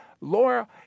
Laura